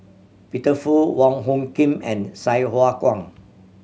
Peter Fu Wong Hung Khim and Sai Hua Kuan